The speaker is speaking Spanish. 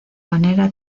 manera